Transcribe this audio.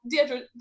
Deidre